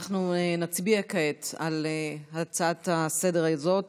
אנחנו נצביע כעת על ההצעה לסדר-היום הזאת